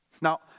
Now